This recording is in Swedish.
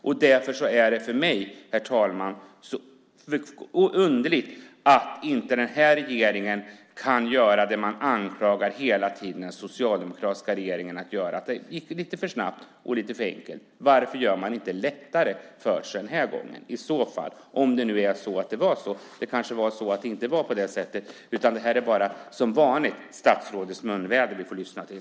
Det är därför för mig, herr talman, så underligt att inte den här regeringen kan göra det man hela tiden anklagat den socialdemokratiska regeringen för, att det gick lite för snabbt och lite för enkelt. Om det nu var så, varför gör man det då inte lättare för sig den här gången? Det kanske inte var på det sättet, utan det kanske som vanligt är statsrådets munväder vi får lyssna till.